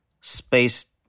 space